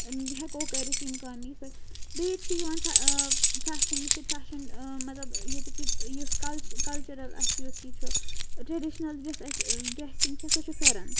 ہٮ۪کو کٔرِتھ یِم کامہِ یِتھ پٲٹھۍ بیٚیہِ ییٚتہِ چھِ یِوان فیشَن یُس ییٚتہِ فیشَن مطلب ییٚتیُک یُس کَلچ کَلچرَل اَسہِ یُس یہِ چھُ ٹریڈِشنَل یۄس اَسہِ ڈریسِنٛگ چھےٚ سۄ چھُ پھٮ۪رَن